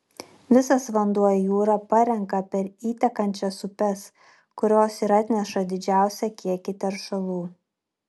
visas vanduo į jūrą parenka per įtekančias upes kurios ir atneša didžiausią kiekį teršalų